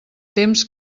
temps